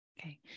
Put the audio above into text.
Okay